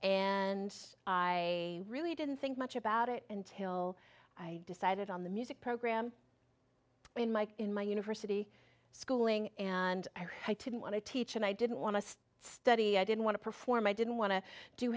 and i really didn't think much about it until i decided on the music program in my in my university schooling and i didn't want to teach and i didn't want to study i didn't want to perform i didn't want to do